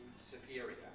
superior